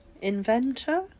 Inventor